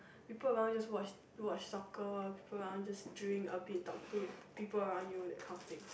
people around just watch watch soccer people around just drink a bit talk to people around you that kind of thing